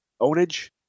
Ownage